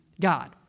God